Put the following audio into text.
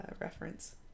reference